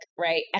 right